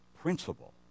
principle